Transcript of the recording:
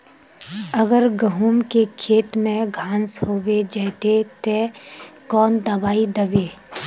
अगर गहुम के खेत में घांस होबे जयते ते कौन दबाई दबे?